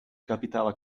capitava